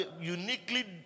uniquely